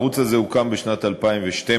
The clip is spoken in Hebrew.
הערוץ הזה הוקם בשנת 2012,